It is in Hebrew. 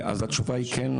אז התשובה היא כן,